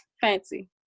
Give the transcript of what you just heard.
fancy